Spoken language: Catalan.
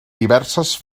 diverses